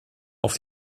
auf